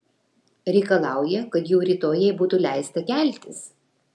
reikalauja kad jau rytoj jai būtų leista keltis